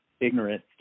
ignorance